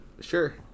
Sure